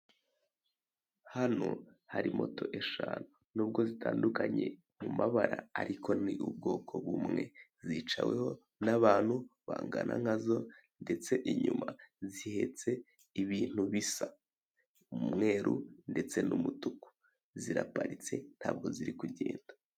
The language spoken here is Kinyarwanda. Hano hari moto eshanu, nubwo zitandukanye mumabara ariko ni ubwoko bumwe, zicaweho n'abantu bangana nkazo ndetse inyuma zihetse ibintu bisa, umweru ndetse n'umutuku, ziraparitse ntabwo ziri kugenda.